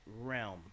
realm